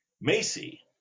Macy